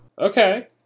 Okay